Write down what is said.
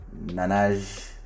Nanaj